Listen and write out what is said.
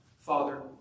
Father